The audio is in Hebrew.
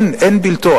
אין בלתו,